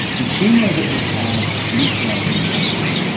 we do know that we have meteorite impacts,